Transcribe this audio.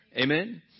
Amen